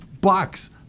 bucks